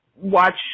watch